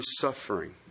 suffering